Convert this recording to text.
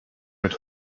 mit